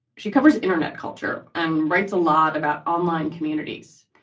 she covers internet culture and writes a lot about online communities,